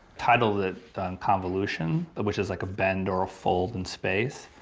titled it convolution, which is like a bend or a fold in space.